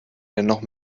dennoch